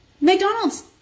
McDonald's